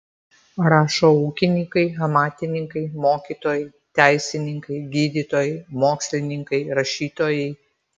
rašo ūkininkai amatininkai mokytojai teisininkai gydytojai mokslininkai rašytojai